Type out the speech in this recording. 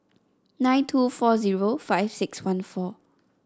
nine two four zero five six one four